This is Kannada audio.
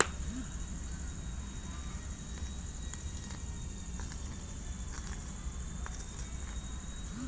ಹಳ್ಳಿಗಳಲ್ಲಿ ಹಸುಗಳನ್ನು ಗೋಮಾಳಗಳಲ್ಲಿ ಬಿಟ್ಟು ಮೇಯಿಸುತ್ತಾರೆ